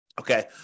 Okay